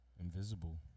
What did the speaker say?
Invisible